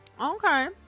Okay